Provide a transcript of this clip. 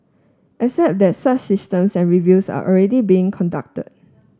except that such systems and reviews are already being conducted